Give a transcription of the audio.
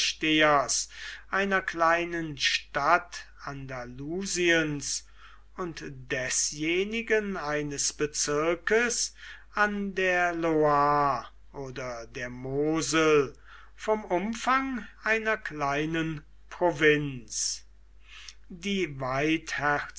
einer kleinen stadt andalusiens und desjenigen eines bezirkes an der loire oder der mosel vom umfang einer kleinen provinz die